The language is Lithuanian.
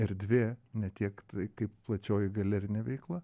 erdvė ne tiek tai kaip plačioji galerinė veikla